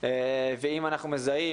ואם אנחנו מזהים,